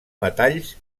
metalls